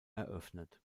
eröffnet